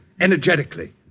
energetically